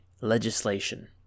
legislation